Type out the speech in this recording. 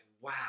wow